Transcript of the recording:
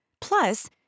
Plus